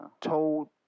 told